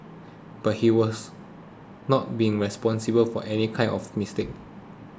but he has not been responsible for any kind of mistake